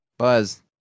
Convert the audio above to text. Buzz